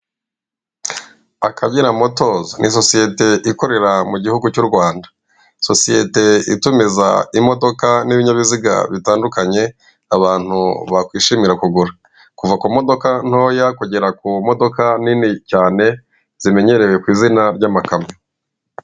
Akagera motozi ni sosiyete ikorera mu gihugu cy'u Rwanda sosiyete itumiza imodoka n'ibinyabiziga bitandukanye abantu bakwishimira kugura, kuva ku modoka ntoya kugera ku modoka nini cyane zimenyerewe ku izina ry'amakamyo.